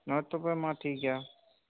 ᱦᱮᱸ ᱛᱚᱵᱮ ᱢᱟ ᱴᱷᱤᱠ ᱜᱮᱭᱟ